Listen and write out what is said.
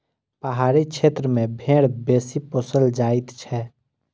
पहाड़ी क्षेत्र मे भेंड़ बेसी पोसल जाइत छै